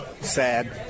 sad